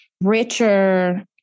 richer